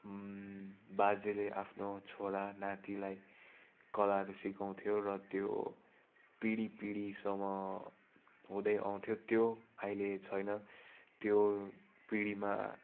बाजेले आफ्नो छोरा नातिलाई कलाहरू सिकाउँथ्यो र त्यो पिँढी पिँढीसम्म हुँदै आउँथ्यो त्यो अहिले छैन त्यो पिँढीमा